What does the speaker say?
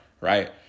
right